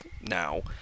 now